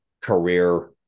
career